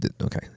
Okay